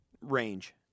range